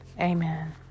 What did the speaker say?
Amen